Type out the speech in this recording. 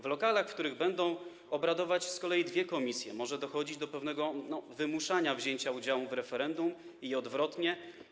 W lokalach, w których będą obradować dwie komisje, może dochodzić do pewnego wymuszania wzięcia udziału w referendum i odwrotnie.